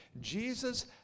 Jesus